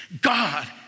God